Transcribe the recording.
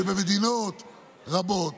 ובמדינות רבות,